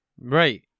Right